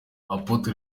apotre